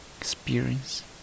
experience